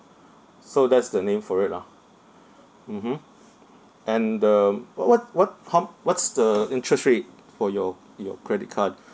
so that's the name for it lah mmhmm and uh what what what how what's the interest rate for your your credit card